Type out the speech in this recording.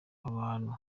abantu